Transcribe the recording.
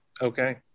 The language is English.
Okay